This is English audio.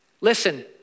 Listen